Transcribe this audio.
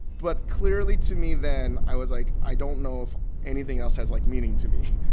but clearly to me then, i was like, i don't know of anything else has, like, meaning to me,